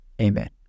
Amen